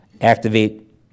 activate